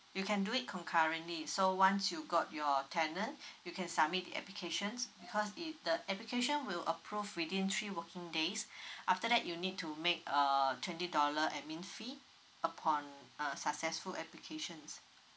you can do it concurrently so once you got your tenant you can submit the applications because the the application will approve within three working days after that you need to make uh twenty dollar admin fee upon uh successful applications